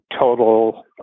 total